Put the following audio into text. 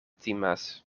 timas